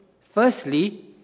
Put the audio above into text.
Firstly